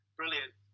brilliant